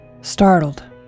Startled